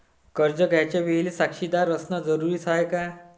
कर्ज घ्यायच्या वेळेले साक्षीदार असनं जरुरीच हाय का?